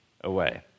away